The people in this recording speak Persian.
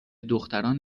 دختران